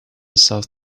south